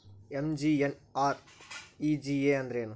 MGNREGA ಅಂದ್ರೆ ಏನು?